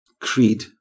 creed